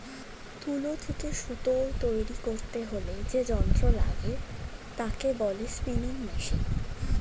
তুলো থেকে সুতো তৈরী করতে হলে যে যন্ত্র লাগে তাকে বলে স্পিনিং মেশিন